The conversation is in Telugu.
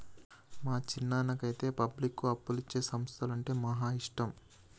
మా చిన్నాయనకైతే పబ్లిక్కు అప్పులిచ్చే సంస్థలంటే మహా ఇష్టం